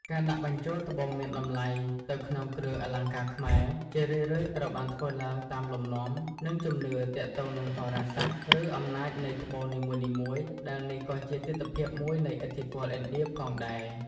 ការដាក់បញ្ចូលត្បូងមានតម្លៃទៅក្នុងគ្រឿងអលង្ការខ្មែរ ជារឿយៗត្រូវបានធ្វើឡើងតាមលំនាំ និងជំនឿទាក់ទងនឹងហោរាសាស្ត្រ ឬអំណាចនៃត្បូងនីមួយៗ ដែលនេះក៏ជាទិដ្ឋភាពមួយនៃឥទ្ធិពលឥណ្ឌាផងដែរ។